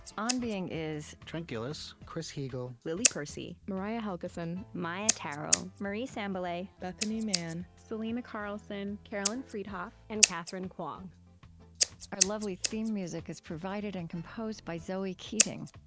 on being is trent gilliss, chris heagle, lily percy, mariah helgeson, maia tarrell, marie sambilay, bethanie mann, selena carlson, carolyn friedhoff, and katherine kwong our lovely theme music is provided and composed by zoe keating.